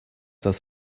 das